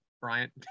Bryant